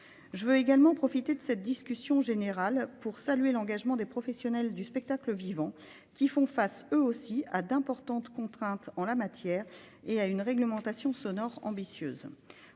Je veux également profiter de cette discussion générale pour saluer l'engagement des professionnels du spectacle vivant qui font face eux aussi à d'importantes contraintes en la matière et à une réglementation sonore ambitieuse.